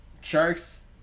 Sharks